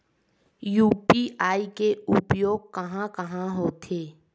UPI के उपयोग कहां कहा होथे?